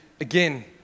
Again